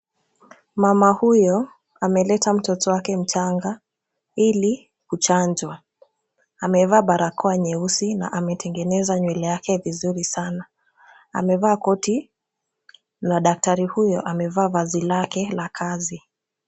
Mama huyu, ameleta mtoto wake mchanga, ili kuchanjwa. Amevaa barakoa nyeusi na ametengeneza nywele yake vizuri sana. Amevaa koti na daktari huyo amevaa vazi lake la kazi.